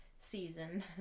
season